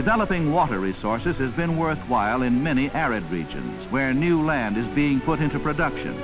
developing water resources has been worthwhile in many arid regions where new land is being put into production